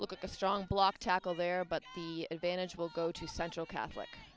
look at the strong block tackle there but the advantage will go to central catholic